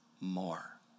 more